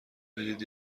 بدید